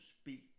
speak